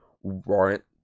warrant